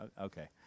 Okay